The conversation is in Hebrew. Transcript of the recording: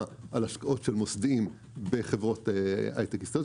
על השקעות של מוסדיים בחברות הייטק ישראליות,